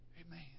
Amen